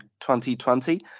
2020